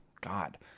god